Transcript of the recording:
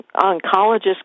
oncologist